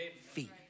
feet